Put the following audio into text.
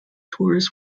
tours